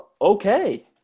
okay